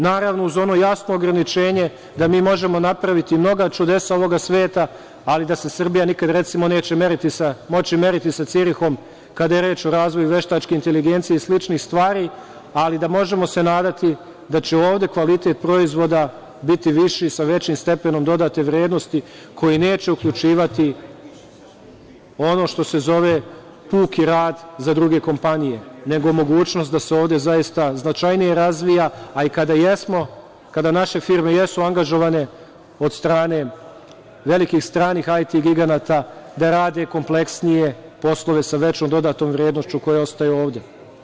Naravno, uz ono jasno ograničenje da mi možemo napraviti mnoga čudesa ovog sveta, ali da se Srbija nikada recimo neće moći meriti sa Cirihom kada je reč o razvoju veštačke inteligencije i sličnih stvari, ali da se možemo nadati da će ovde kvalitet proizvoda biti viši, sa većim stepenom dodate vrednosti, koji neće uključivati ono što se zove puki rad za druge kompanije, nego mogućnost da se ovde zaista značajnije razvija kada naše firme jesu angažovane od strane velikih stranih IT giganata da rade kompleksnije poslove sa većom dodatom vrednošću koja ostaje ovde.